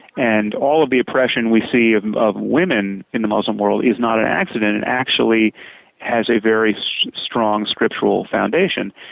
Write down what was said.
and all the oppression we see and of women in the muslim world is not an accident. it actually has a very strong scriptural foundation.